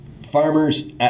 farmers